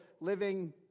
living